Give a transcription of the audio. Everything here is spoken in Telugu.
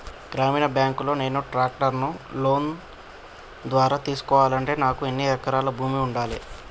గ్రామీణ బ్యాంక్ లో నేను ట్రాక్టర్ను లోన్ ద్వారా తీసుకోవాలంటే నాకు ఎన్ని ఎకరాల భూమి ఉండాలే?